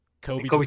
Kobe